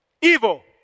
evil